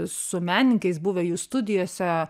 su menininkais buvę jų studijose